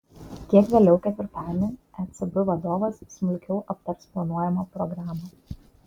kiek vėliau ketvirtadienį ecb vadovas smulkiau aptars planuojamą programą